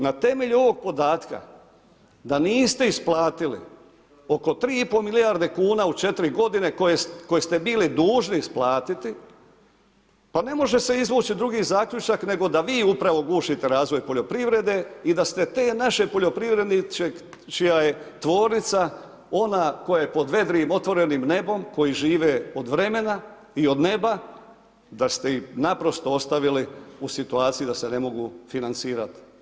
Na temelju ovog podatka da niste isplatili oko 3,5 milijarde kuna u 4 godine koje ste bili dužni isplatiti, pa ne može se izvući drugi zaključak nego da vi upravo gušite razvoj poljoprivrede i da ste te naše poljoprivrednike čija je tvornica ona koja je pod vedrim otvorenim nebom, koji žive od vremena i od neba, da ste ih naprosto ostavili u situaciji da se ne mogu financirati.